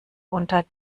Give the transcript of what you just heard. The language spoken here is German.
unter